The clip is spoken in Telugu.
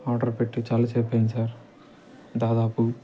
ఆర్డర్ పెట్టి చాలా సేపు అయ్యింది సార్ దాదాపు